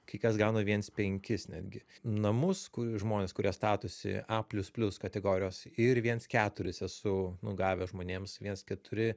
kai kas gauna viens penkis netgi namus kur žmonės kurie statosi a plius plius kategorijos ir viens keturis esu nu gavęs žmonėms viens keturi